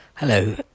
Hello